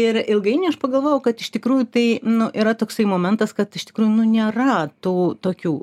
ir ilgainiui aš pagalvojau kad iš tikrųjų tai nu yra toksai momentas kad iš tikrųjų nu nėra tų tokių